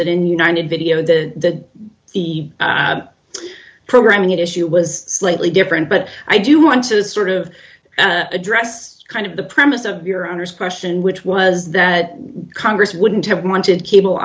that in united video the programming issue was slightly different but i do want to sort of address kind of the premise of your honor's question which was that congress wouldn't have wanted cable